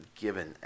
given